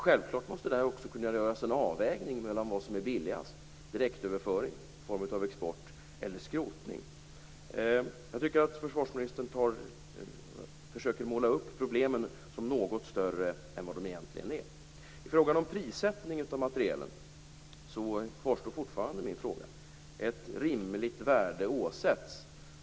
Självklart måste det här kunna göras en avvägning av vad som är billigast - direktöverföring, någon form av export eller skrotning. Jag tycker att försvarsministern försöker måla upp problemen som något större än vad de egentligen är. Min fråga om prissättning av materielen kvarstår fortfarande. Ett rimligt värde åsätts, heter det.